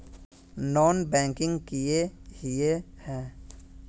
Non banking किए हिये है?